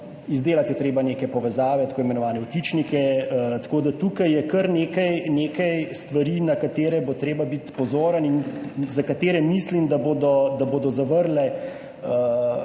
izdelati je treba neke povezave, tako imenovane vtičnike, tako da tukaj je kar nekaj, nekaj stvari, na katere bo treba biti pozoren in za katere mislim, da bodo, da